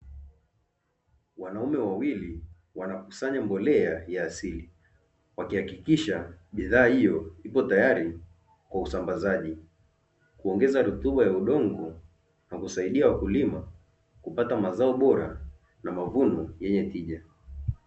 Wanaume wawili wanakusanya mbolea ya asili, wakihakikisha bidhaa hiyo ipo tayari kwa usambazaji; kuongeza rutuba ya udongo kwa kusaidia wakulima kupata mazao bora na mavuno yenye tija.